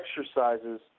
exercises